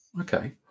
Okay